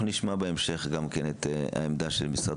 אנחנו נשמע בהמשך גם את העמדה של משרד